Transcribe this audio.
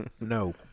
No